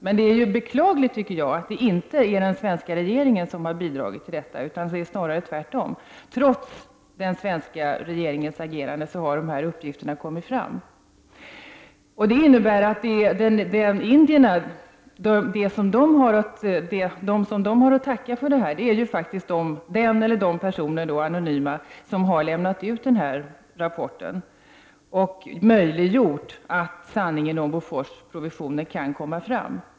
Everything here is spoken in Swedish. Men jag tycker att det är beklämmande att det inte är den svenska regeringen som har bidragit till detta — snarare tvärtom: trots den svenska regeringens agerande har dessa uppgifter kommit fram. De som indierna har att tacka för detta är faktiskt de anonyma personer — eller den person — som har lämnat ut den här rapporten och möjliggjort att sanningen om Bofors provisioner kan komma fram.